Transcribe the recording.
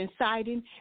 inciting